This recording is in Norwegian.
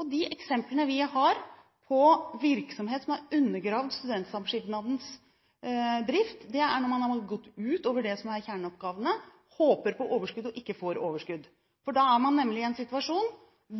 sikt. De eksemplene vi har på virksomheter som har undergravd studentsamskipnadens drift, er der man har gått utover det som er kjerneoppgavene, håper på overskudd, men ikke får overskudd. Da er man nemlig i en situasjon